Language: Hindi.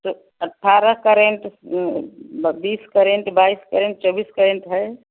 तो अठारह करेंट म बीस करेंट बाइस करेंट चौबीस करेंट है